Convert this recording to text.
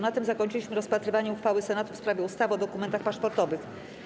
Na tym zakończyliśmy rozpatrywanie uchwały Senatu w sprawie ustawy o dokumentach paszportowych.